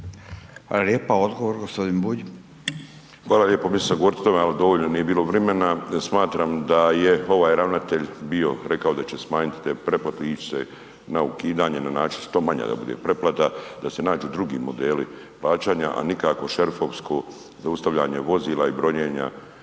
Hvala lijepo. Mislio sam govoriti o tome ali dovoljno nije bilo vremena, smatram da je ovaj ravnatelj bio rekao da će smanjiti te preplate i ići se na ukidanje na način što manje da bude preplata, da se nađu drugi modeli plaćanja a nikakvo šerifovsko zaustavljanje vozila i brojenja